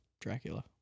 Dracula